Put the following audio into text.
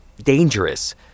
dangerous